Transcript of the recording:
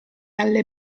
alle